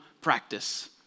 practice